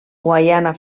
guaiana